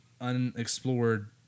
unexplored